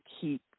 keep